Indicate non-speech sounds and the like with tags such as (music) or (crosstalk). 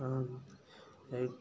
ꯑꯉꯥꯡ (unintelligible)